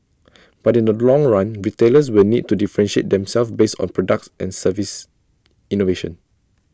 but in the long run retailers will need to differentiate themselves based on products and service innovation